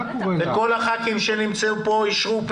מי נמנע?